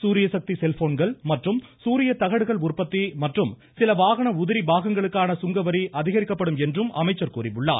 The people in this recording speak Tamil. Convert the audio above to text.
சூரிய சக்தி செல்போன்கள் மற்றும் சூரிய தகடுகள் உற்பத்தி மற்றும் சில வாகன உதிரி பாகங்களுக்கான சுங்கவரி அதிகரிக்கப்படும் என்றார்